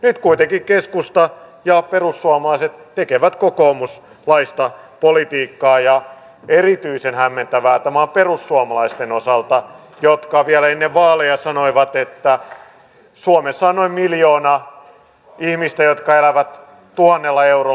nyt kuitenkin keskusta ja perussuomalaiset tekevät kokoomuslaista politiikkaa ja erityisen hämmentävää tämä on perussuomalaisten osalta jotka vielä ennen vaaleja sanoivat että suomessa on noin miljoona ihmistä jotka elävät tuhannella eurolla